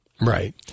Right